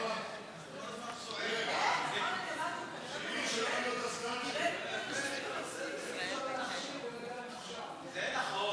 ההסתייגות (4) של קבוצת סיעת הרשימה המשותפת לסעיף 1